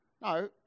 No